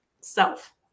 self